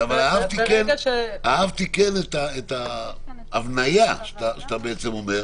אהבתי את ההבניה שאתה מציג.